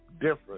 different